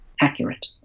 accurate